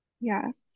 yes